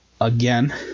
again